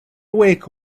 wake